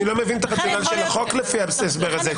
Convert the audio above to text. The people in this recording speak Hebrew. לא מבין את החשיבה של החוק לפי ההסבר הזה.